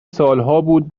سالهابود